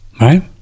right